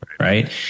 Right